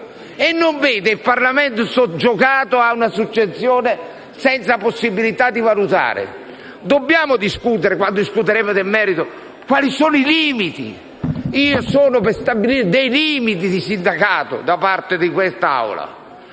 e non sia soggiogato a una successione senza possibilità di valutare. Dobbiamo discutere, quando discuteremo nel merito, quali sono i limiti. Io sono per stabilire dei limiti di sindacato da parte di quest'Aula.